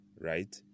right